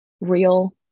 real